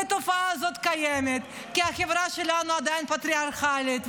והתופעה הזאת קיימת כי החברה שלנו עדיין פטריארכלית,